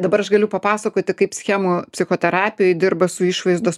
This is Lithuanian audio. dabar aš galiu papasakoti kaip schemų psichoterapijoj dirba su išvaizdos